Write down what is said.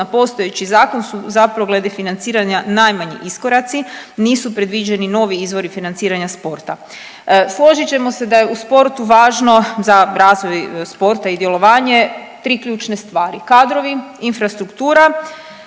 na postojeći zakon su zapravo glede financiranja najmanji iskoraci, nisu predviđeni novi izvori financiranja sporta. Složit ćemo se da je u sportu važno za razvoj sporta i djelovanje tri ključne stvari, kadrovi, infrastruktura